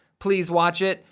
please watch it.